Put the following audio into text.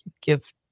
give